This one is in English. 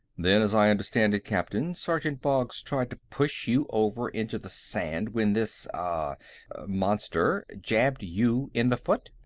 then, as i understand it, captain, sergeant boggs tried to push you over into the sand when this ah monster jabbed you in the foot?